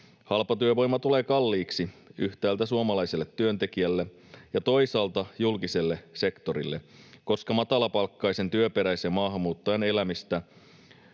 Halpatyövoima tulee kalliiksi yhtäältä suomalaiselle työntekijälle ja toisaalta julkiselle sektorille, koska matalapalkkaisen työperäisen maahanmuuttajan elämistä